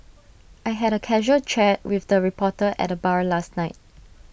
I had A casual chat with the reporter at the bar last night